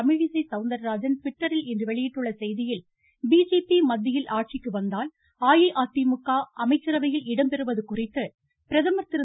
தமிழிசை சவுந்தர்ராஜன் ட்விட்டரில் இன்று வெளியிட்டுள்ள செய்தியில் பிஜேபி மத்தியில் ஆட்சிக்கு வந்தால் அஇஅதிமுக அமைச்சரவையில் இடம்பெறுவது குறித்து பிரதமர் திரு